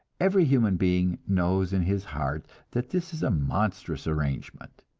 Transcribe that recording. every human being knows in his heart that this is a monstrous arrangement,